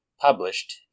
published